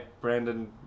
Brandon